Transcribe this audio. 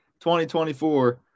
2024